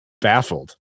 baffled